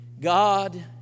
God